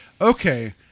okay